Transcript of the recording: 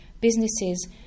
businesses